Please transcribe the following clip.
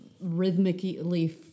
rhythmically